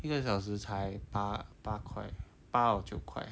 一个小时才八八块八 or 九块